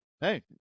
Hey